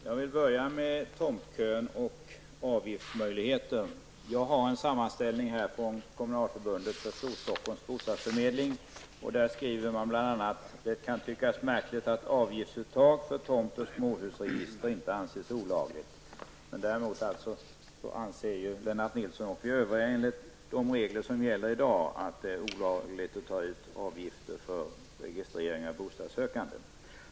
Herr talman! Jag vill börja med att ta upp tomtköerna och avgiftsmöjligheten. Jag har en sammanställning från Kommunalförbundet för Stor-stockholms bostadsförmedling. Där står det bl.a. att det kan tyckas märkligt att avgiftsuttag för tomt och småhusregister inte anses olagligt. Däremot anser Lennart Nilsson, enligt de regler som gäller i dag, att det är olagligt att ta ut avgifter för registrering av bostadssökande.